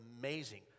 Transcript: amazing